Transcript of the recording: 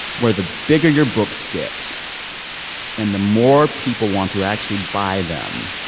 where the bigger your books get and the more people want to actually buy them,